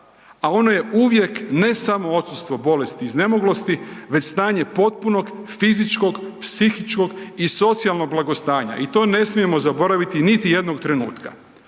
a ono je uvijek ne samo odsustvo bolesti i iznemoglosti već stanje potpunog fizičkog, psihičkog i socijalnog blagostanja. I to ne smijemo zaboraviti niti jednog trenutka.